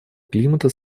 климата